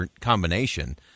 combination